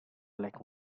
like